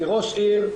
כראש עיר,